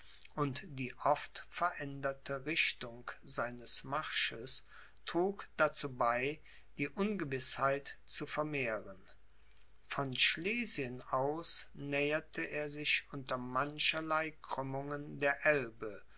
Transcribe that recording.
und die oft veränderte richtung seines marsches trug dazu bei die ungewißheit zu vermehren von schlesien aus näherte er sich unter mancherlei krümmungen der elbe